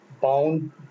bound